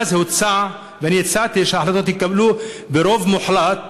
ואז הוצע, ואני הצעתי שההחלטות יתקבלו ברוב מוחלט.